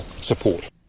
support